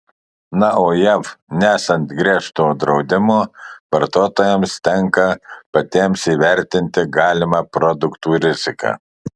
na o jav nesant griežto draudimo vartotojams tenka patiems įvertinti galimą produktų riziką